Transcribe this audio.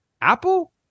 Apple